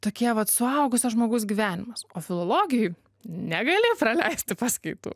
tokie vat suaugusio žmogaus gyvenimas o filologijoj negali praleisti paskaitų